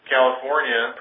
California